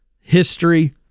history